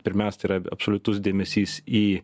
pirmiausiai tai yra absoliutus dėmesys į